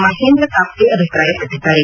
ಮಹೇಂದ್ರ ಕಾಪ್ಲೆ ಅಭಿಪ್ರಾಯಪಟ್ಟದ್ದಾರೆ